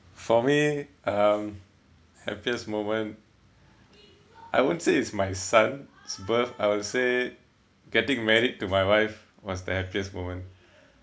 for me um happiest moment I won't say it's my son's birth I would say getting married to my wife was the happiest moment